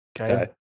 Okay